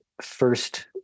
first